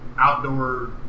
outdoor